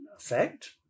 effect